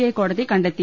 I കോടതി കണ്ടെത്തി